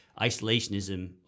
isolationism